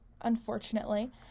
unfortunately